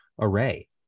array